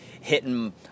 hitting